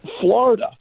Florida